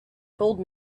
told